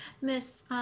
Miss